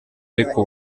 ariko